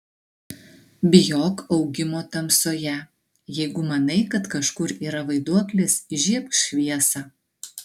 bijok augimo tamsoje jeigu manai kad kažkur yra vaiduoklis įžiebk šviesą